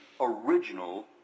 original